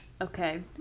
Okay